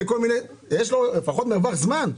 יש לו לפחות מרווח זמן.